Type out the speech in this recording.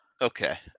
Okay